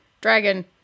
Dragon